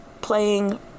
playing